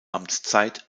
amtszeit